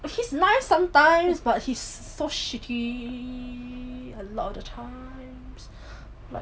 he's nice sometimes but he's so shitty a lot of the times like